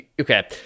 Okay